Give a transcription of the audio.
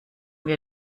wir